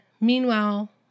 meanwhile